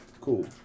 cool